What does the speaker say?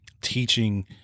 teaching